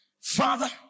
Father